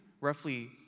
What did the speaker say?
roughly